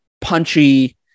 punchy